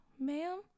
ma'am